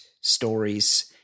stories